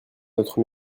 notre